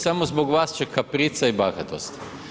Samo zbog vas će kaprica i bahatost.